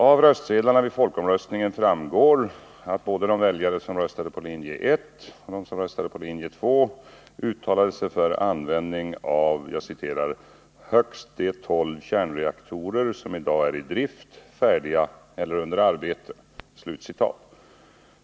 Av röstsedlarna vid folkomröstningen framgår att både de väljare som röstade på linje 1 och de som röstade på linje 2 uttalade sig för användning av ”högst de 12 kärnkraftsreaktorer som i dag är i drift, färdiga eller under arbete”.